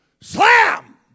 slam